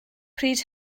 pryd